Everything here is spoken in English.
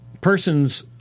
persons